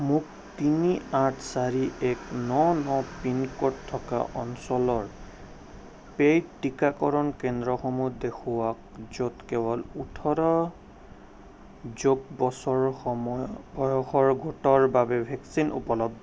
মোক তিনি আঠ চাৰি এক ন ন পিনক'ড থকা অঞ্চলৰ পেইড টিকাকৰণ কেন্দ্ৰসমূহ দেখুৱাওক য'ত কেৱল ওঠৰ যোগ বছৰ সম বয়সৰ গোটৰ বাবে ভেকচিন উপলব্ধ